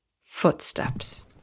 Footsteps